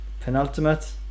penultimate